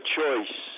choice